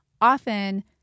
often